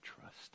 trust